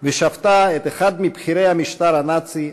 ושפטה את אחד מבכירי המשטר הנאצי,